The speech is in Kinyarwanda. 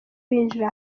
binjira